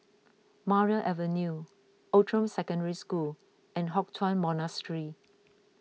Maria Avenue Outram Secondary School and Hock Chuan Monastery